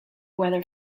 weather